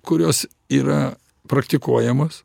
kurios yra praktikuojamos